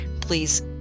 Please